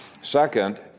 Second